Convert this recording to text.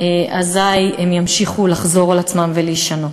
אזי הדברים ימשיכו לחזור על עצמם ולהישנות.